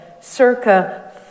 circa